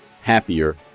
happier